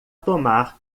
tomar